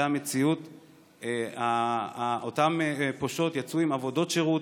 זו המציאות: אותן פושעות יצאו עם עבודות שירות,